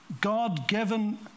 God-given